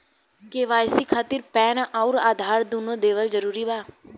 KYC खातिर PAN आउर आधार दुनों देवल जरूरी बा?